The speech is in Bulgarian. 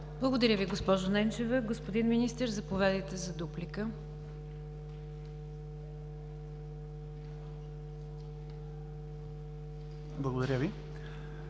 Благодаря Ви, госпожо Ненчева. Господин Министър, заповядайте за дуплика. МИНИСТЪР